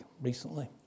recently